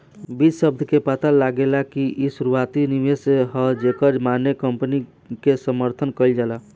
बीज शब्द से पता लागेला कि इ शुरुआती निवेश ह जेकर माने कंपनी के समर्थन कईल होला